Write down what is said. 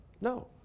No